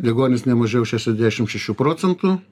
deguonies ne mažiau šešiasdešim šešių procentų